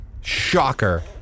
Shocker